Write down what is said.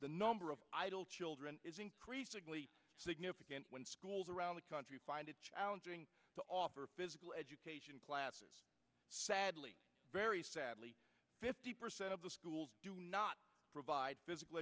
the number of idle children is increasingly significant when schools around the country find it challenging to offer physical education classes sadly very sadly fifty percent of the schools do not provide physical